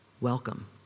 Welcome